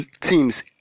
teams